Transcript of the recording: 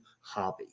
hobby